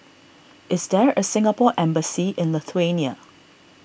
is there a Singapore Embassy in Lithuania